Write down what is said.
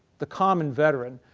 the common veteran.